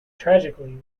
tragically